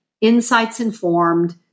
insights-informed